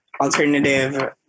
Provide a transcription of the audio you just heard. alternative